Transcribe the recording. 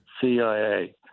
CIA